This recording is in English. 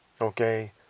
okay